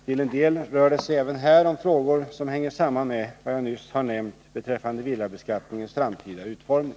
Till en del rör det sig även här om frågor som hänger samman med vad jag nyss har nämnt beträffande villabeskattningens framtida utformning.